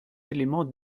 éléments